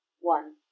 one